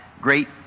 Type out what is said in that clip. great